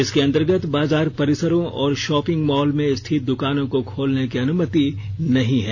इसके अंतर्गत बाजार परिसरों और शॉपिंग मॉल में स्थित दुकानों को खोलने की अनुमति नहीं है